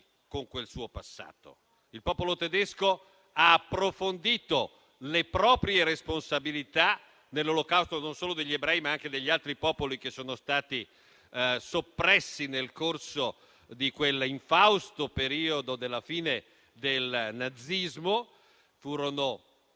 Il popolo tedesco ha approfondito le proprie responsabilità nell'Olocausto non solo degli ebrei, ma anche degli altri popoli che sono stati soppressi nel corso di quell'infausto periodo della fine del nazismo: furono